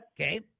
Okay